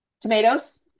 tomatoes